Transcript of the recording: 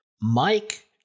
Mike